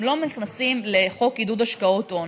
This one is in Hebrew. הם לא נכנסים לחוק עידוד השקעות הון,